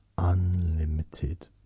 unlimited